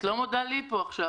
את לא מודה לי פה עכשיו,